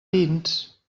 dins